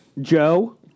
Joe